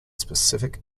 specific